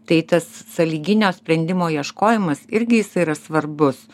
tai tas sąlyginio sprendimo ieškojimas irgi jisai yra svarbus